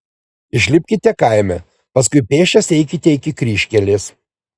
išlipkite kaime paskui pėsčias eikite iki kryžkelės